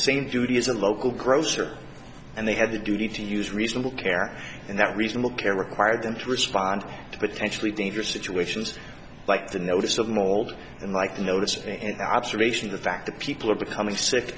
same duty as a local grocer and they had a duty to use reasonable care and that reasonable care required them to respond to potentially data situations like the notice of mold and like notice in observation the fact that people are becoming sick